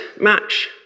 match